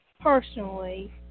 personally